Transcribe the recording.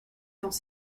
dans